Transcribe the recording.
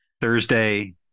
thursday